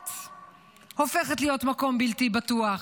אילת הופכת להיות מקום בלתי בטוח,